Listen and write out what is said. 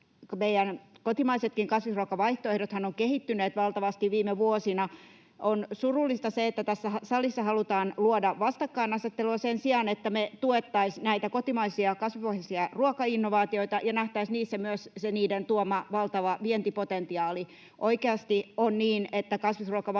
meidän kotimaiset kasvisruokavaihtoehdothan ovat kehittyneet valtavasti viime vuosina. On surullista, että tässä salissa halutaan luoda vastakkainasettelua sen sijaan, että me tuettaisiin näitä kotimaisia kasvispohjaisia ruokainnovaatioita ja nähtäisiin niissä myös niiden tuoma valtava vientipotentiaali. Oikeasti on niin, että kasvisruokavalio on